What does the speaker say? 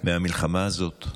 מהמלחמה הזאת,